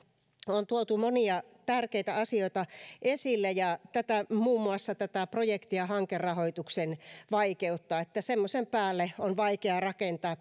on tuotu monia tärkeitä asioita esille ja muun muassa tätä projekti ja hankerahoituksen vaikeutta semmoisen päälle on vaikeaa rakentaa